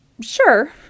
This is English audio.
Sure